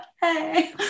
Hey